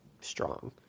strong